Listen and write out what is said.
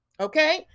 okay